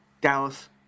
Dallas